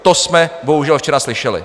To jsme bohužel včera slyšeli.